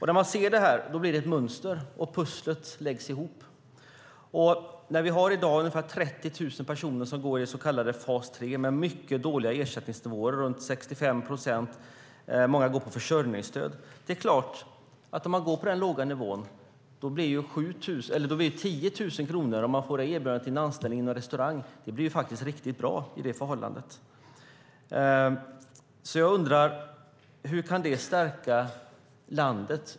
När man tittar på det här ser man att det bildar ett mönster, och pusslet läggs ihop. I dag har vi ungefär 30 000 personer i den så kallade fas 3 med mycket dåliga ersättningsnivåer runt 65 procent, och många går på försörjningsstöd. Det är klart att om man går på den låga nivån är ett erbjudande om 10 000 kronor inom restaurangbranschen riktigt bra! Jag undrar: Hur kan det stärka landet?